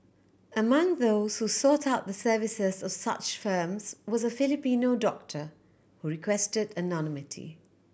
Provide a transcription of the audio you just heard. among those who sought out the services of such firms was a Filipino doctor who requested anonymity